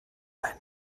ein